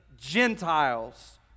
Gentiles